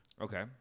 okay